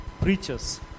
preachers